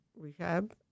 rehab